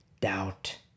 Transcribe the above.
doubt